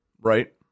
right